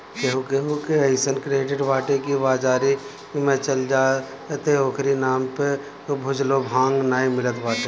केहू केहू के अइसन क्रेडिट बाटे की बाजारी में चल जा त ओकरी नाम पे भुजलो भांग नाइ मिलत बाटे